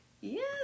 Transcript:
Yes